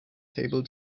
table